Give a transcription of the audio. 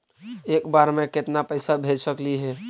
एक बार मे केतना पैसा भेज सकली हे?